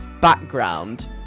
background